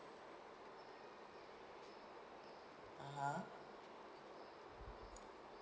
(uh huh)